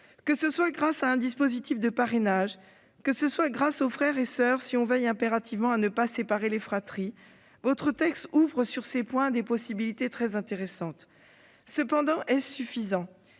défaillants, grâce à un dispositif de parrainage ou bien grâce aux frères et soeurs, si on veille impérativement à ne pas séparer les fratries. Votre texte ouvre, sur ces points, des possibilités très intéressantes. Cependant, est-ce suffisant ?